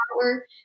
power